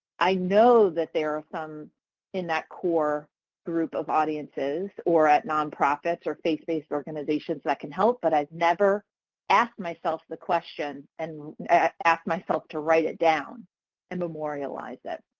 i know that there are some in that core group of audiences or at non-profits or faith based organizations that can help but i've never asked myself the question, and asked myself to write it down and memorialize it.